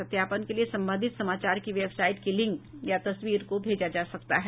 सत्यापन के लिए संबंधित समाचार की वेबसाइट की लिंक या तस्वीर को भेजा जा सकता है